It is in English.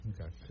Okay